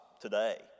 today